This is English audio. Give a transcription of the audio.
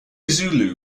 zulu